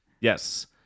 Yes